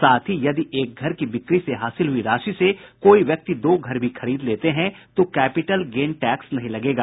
साथ ही यदि एक घर की बिक्री से हासिल हुई राशि से कोई व्यक्ति दो घर भी खरीद लेते हैं तो कैपिटल गेन टैक्स नहीं लगेगा